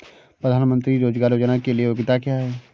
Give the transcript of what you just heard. प्रधानमंत्री रोज़गार योजना के लिए योग्यता क्या है?